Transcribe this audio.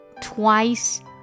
twice